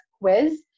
quiz